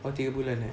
kau tiga bulan eh